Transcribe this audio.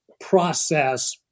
process